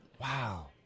Wow